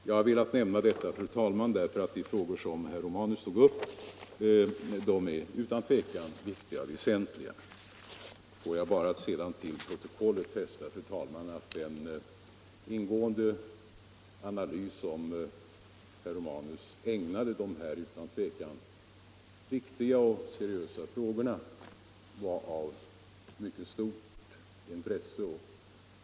Jag har velat nämna detta 39 därför att de frågor som herr Romanus tog upp utan tvivel är viktiga och väsentliga. Låt mig slutligen, fru talman, till protokollet få notera att den ingående analys som herr Romanus ägnade de utan tvivel viktiga frågor vi diskuterat var av stort intresse.